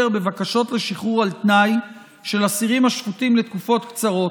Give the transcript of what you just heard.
בבקשות לשחרור על תנאי של אסירים השפוטים לתקופות קצרות.